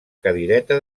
cadireta